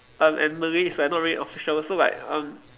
and and Malay is like not really official so like um